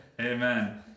amen